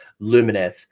Lumineth